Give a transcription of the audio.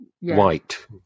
white